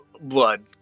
blood